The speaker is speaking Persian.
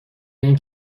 این